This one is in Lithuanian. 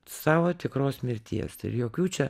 savo tikros mirties ir jokių čia